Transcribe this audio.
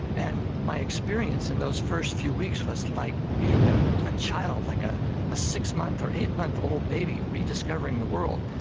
and my experience in those first few weeks was like being ah a child, like ah a six-month or eight-month-old baby and rediscovering the world.